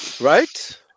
Right